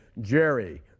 Jerry